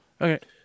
okay